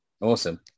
Awesome